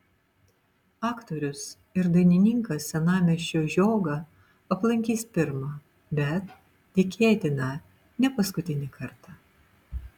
aktorius ir dainininkas senamiesčio žiogą aplankys pirmą bet tikėtina ne paskutinį kartą